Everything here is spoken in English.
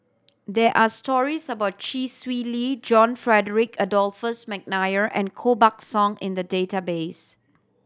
there are stories about Chee Swee Lee John Frederick Adolphus McNair and Koh Buck Song in the database